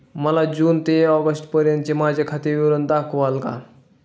मला जून ते ऑगस्टपर्यंतचे माझे खाते विवरण दाखवाल का?